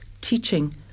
teaching